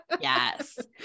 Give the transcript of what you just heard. Yes